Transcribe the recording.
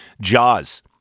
jaws